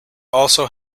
also